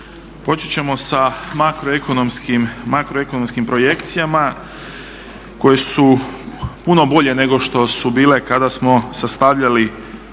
Početi ćemo sa makroekonomskim projekcijama koje su puno bolje nego što su bile kada smo sastavljali